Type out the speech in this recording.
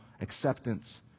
acceptance